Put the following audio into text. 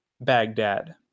Baghdad